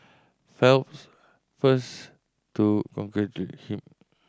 Phelps first to him